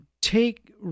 take